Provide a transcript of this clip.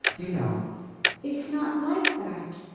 you know it's not like that,